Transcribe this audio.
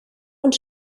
und